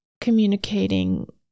communicating